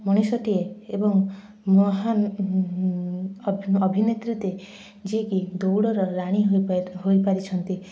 ମଣିଷ ଟିଏ ଏବଂ ମହାନ୍ ଅଭିନେତ୍ରୀ ଯିଏକି ଦୌଡ଼ର ରାଣୀ ହୋଇ ହୋଇପାରିଛନ୍ତି